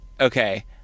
okay